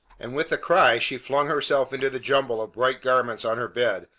and with a cry she flung herself into the jumble of bright garments on her bed,